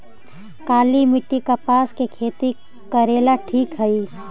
काली मिट्टी, कपास के खेती करेला ठिक हइ?